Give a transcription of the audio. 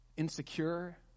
insecure